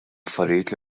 affarijiet